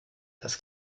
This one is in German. das